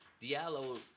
Diallo